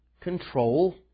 control